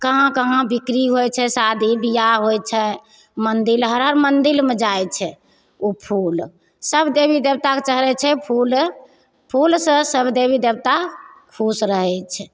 कहाँ कहाँ बिक्री होइत छै शादी बिआह होइत छै मन्दिल हर हर मन्दिलमे जाइत छै ओ फूल तब देबी देबताके चढ़ैत छै फूल फूल से ब देबी देबता खुश रहैत छै